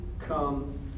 come